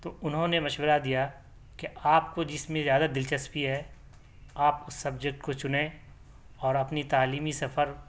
تو اُنہوں نے مشورہ دیا کہ آپ کو جس میں زیادہ دلچسپی ہے آپ اُس سبجیکٹ کو چنیں اور اپنی تعلیمی سفر